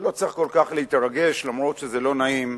שלא צריך כל כך להתרגש, אף-על-פי שזה לא נעים,